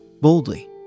Boldly